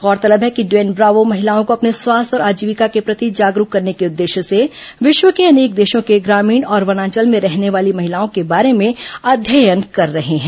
गौरतलब है कि ड्वेन ब्रावो महिलाओं को अपने स्वास्थ्य और आजीविका के प्रति जागरूक करने के उद्देश्य से विश्व के अनेक देशों की ग्रामीण और वनांचल में रहने वाली महिलाओं के बारे में अध्ययन कर रहे हैं